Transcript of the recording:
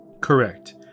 Correct